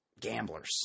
gamblers